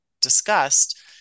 discussed